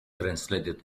translated